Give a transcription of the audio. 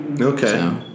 Okay